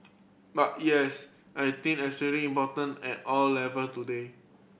but yes I think that's certain important at all level today